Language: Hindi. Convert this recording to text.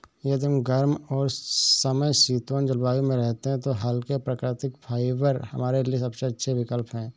यदि हम गर्म और समशीतोष्ण जलवायु में रहते हैं तो हल्के, प्राकृतिक फाइबर हमारे लिए सबसे अच्छे विकल्प हैं